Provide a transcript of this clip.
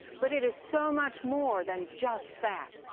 but it is so much more than just that.